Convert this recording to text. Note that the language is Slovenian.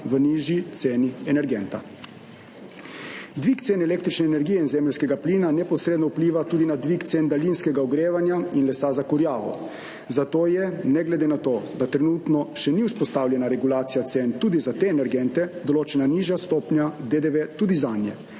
v nižji ceni energenta. Dvig cen električne energije in zemeljskega plina neposredno vpliva tudi na dvig cen daljinskega ogrevanja in lesa za kurjavo, zato je, ne glede na to, da trenutno še ni vzpostavljena regulacija cen tudi za te energente, določena nižja stopnja DDV tudi zanje.